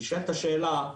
נשאלת השאלה,